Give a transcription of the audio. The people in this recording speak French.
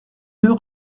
deux